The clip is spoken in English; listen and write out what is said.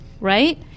right